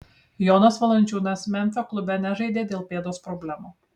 jonas valančiūnas memfio klube nežaidė dėl pėdos problemų